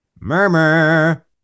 Murmur